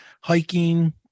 hiking